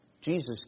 Jesus